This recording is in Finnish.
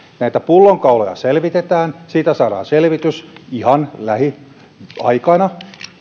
näitä pullonkauloja selvitetään siitä saadaan selvitys ihan lähiaikana